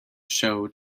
show